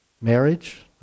Marriage